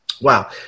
Wow